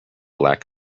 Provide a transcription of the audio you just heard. lack